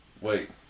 Wait